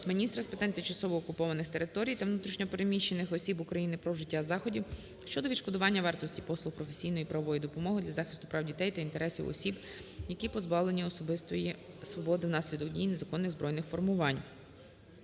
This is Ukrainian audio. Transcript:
міністра з питань тимчасово окупованих територій та внутрішньо переміщених осіб України про вжиття заходів щодо відшкодування вартості послуг професійної правової допомоги для захисту прав та інтересів осіб, які позбавлені особистої свободи внаслідок дій незаконних збройних формувань.